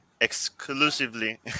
exclusively